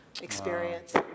experience